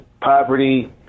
poverty